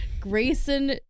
Grayson